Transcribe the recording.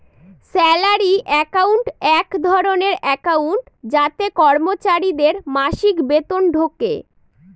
salary account এক ধরনের account যাতে কর্মচারীদের মাসিক বেতন ঢোকে